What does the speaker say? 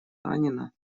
танина